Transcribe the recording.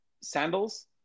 sandals